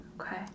okay